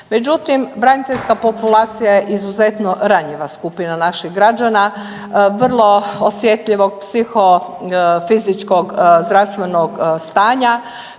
Međutim, braniteljska populacija je izuzetno ranjiva skupina naših građana, vrlo osjetljivog psihofizičkog zdravstvenog stanja.